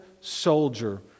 soldier